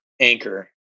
anchor